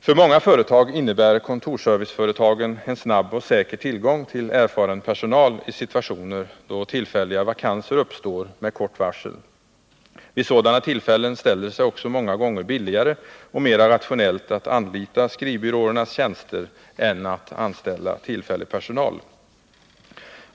För många företag innebär kontorsserviceföretagen en snabb och säker tillgång till erfaren personal i situationer då tillfälliga vakanser uppstår med kort varsel. Vid sådana tillfällen ställer det sig också många gånger billigare och mera rationellt att anlita skrivbyråernas tjänster än att anställa tillfällig personal.